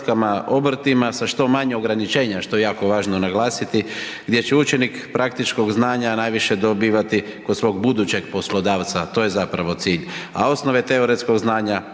tvrtkama, obrtima za što manje ograničenja, što je jako važno naglasiti, gdje će učenik praktičkog znanja najviše dobivati kod svog budućeg poslodavca a to je zapravo cilj a osnove teoretskog znanja